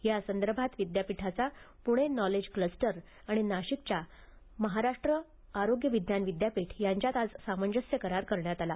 या संदर्भात विद्यापीठाचा पूणे नांलेज क्लस्टर आणि नाशिकच्या महाराष्ट्र आरोग्य विज्ञान विद्यापीठ यांच्यात आज सामंजस्य क्वार करण्यात आला